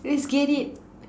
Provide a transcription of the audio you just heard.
let's get it